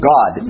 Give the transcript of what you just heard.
God